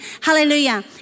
Hallelujah